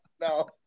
No